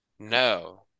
no